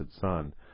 Son